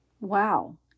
Wow